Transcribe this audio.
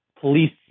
police